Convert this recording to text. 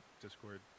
Discord